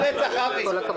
(אחרי כן לק)